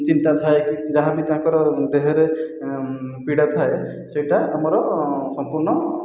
ଚିନ୍ତା ଥାଏ ଯାହାବି ତାଙ୍କର ଦେହରେ ପୀଡ଼ା ଥାଏ ସେଇଟା ଆମର ସମ୍ପୂର୍ଣ୍ଣ